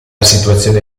situazione